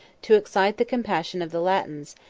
to excite the compassion of the latins,